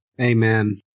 Amen